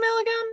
again